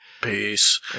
Peace